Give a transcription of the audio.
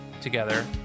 together